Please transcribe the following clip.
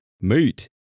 Mate